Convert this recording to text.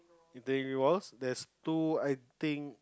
there was there's two I think